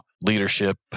leadership